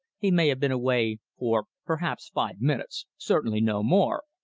he may have been away for perhaps five minutes, certainly no more,